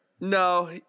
no